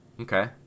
Okay